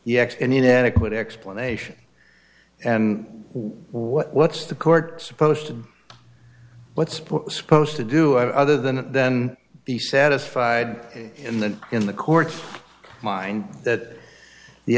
yaks inadequate explanation and what's the court supposed to what's supposed to do other than then be satisfied in the in the court mind that the